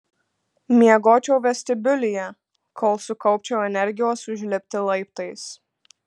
miegočiau vestibiulyje kol sukaupčiau energijos užlipti laiptais